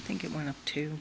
i think it went up to